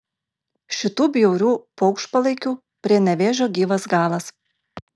šitų bjaurių paukštpalaikių prie nevėžio gyvas galas